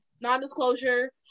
non-disclosure